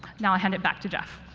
now i'll hand it back to jeff.